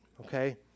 okay